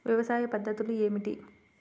వ్యవసాయ పద్ధతులు ఏమిటి?